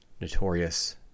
notorious